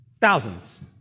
Thousands